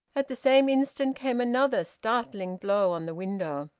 at the same instant came another startling blow on the window.